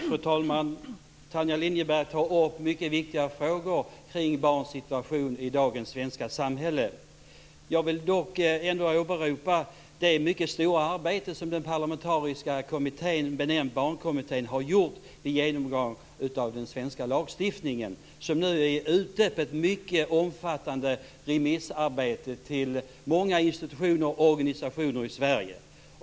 Fru talman! Tanja Linderborg tar upp mycket viktiga frågor kring barns situation i dagens svenska samhälle. Jag vill dock åberopa det mycket stora arbete som den parlamentariska kommittén, benämnd barnkommittén, har gjort vid genomgång av den svenska lagstiftningen. Det är nu utsänt till många institutioner och organisationer i Sverige för ett mycket omfattande remissarbete.